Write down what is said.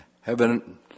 heaven